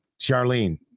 Charlene